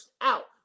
out